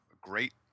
great